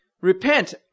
repent